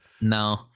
No